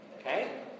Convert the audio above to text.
Okay